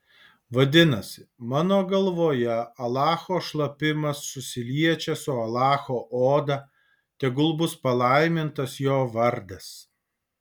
vadinasi mano galvoje alacho šlapimas susiliečia su alacho oda tegul bus palaimintas jo vardas